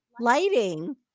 lighting